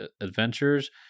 adventures